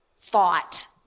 thought